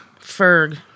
Ferg